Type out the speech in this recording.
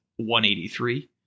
183